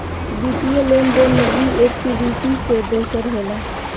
वित्तीय लेन देन मे ई इक्वीटी से दोसर होला